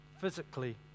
physically